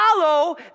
follow